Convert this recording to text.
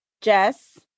Jess